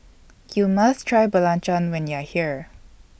YOU must Try Belacan when YOU Are here